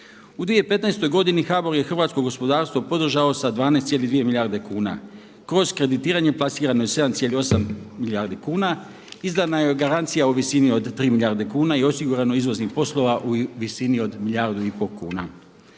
U 2015. HBOR je hrvatskog gospodarstvo podržao sa 12,2, milijarde kuna. Kroz kreditiranje plasirano je 7,8 milijardi kuna, izdana joj je garancija u visini 3 milijarde kuna i osigurano izvoznih poslova u visini od 1,5 milijardu kuna.